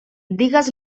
digues